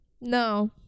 No